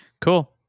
Cool